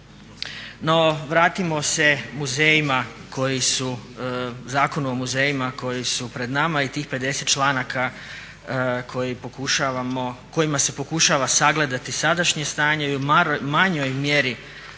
No, vratimo se muzejima koji su, Zakonu o muzejima koji su pred nama je i tih 50 članaka kojima se pokušava sagledati sadašnje stanje i u manjoj mjeri